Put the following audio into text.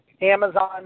Amazon